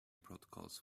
protocols